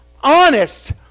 honest